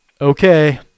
Okay